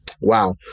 Wow